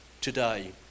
today